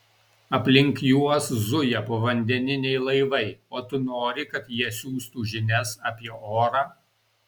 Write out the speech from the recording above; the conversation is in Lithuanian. aplink juos zuja povandeniniai laivai o tu nori kad jie siųstų žinias apie orą